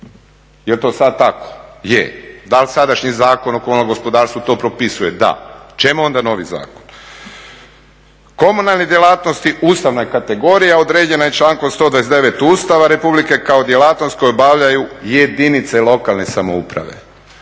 Je li to sada tako? Je. Da li sadašnji Zakon o komunalnom gospodarstvu to propisuje? Da. Čemu onda novi zakon? Komunalne djelatnosti, Ustavna kategorija, određena je člankom 129. Ustava Republike, kao djelatnost koju obavljaju jedinice lokalne samouprave.